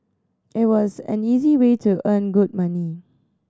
it was an easy way to earn good money